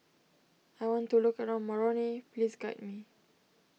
I want to look around Moroni please guide me